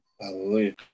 Hallelujah